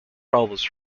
problems